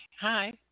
Hi